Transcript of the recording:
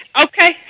Okay